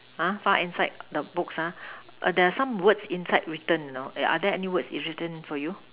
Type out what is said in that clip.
!huh! far end side the books ah err there are some words inside written you know are there any words is written for you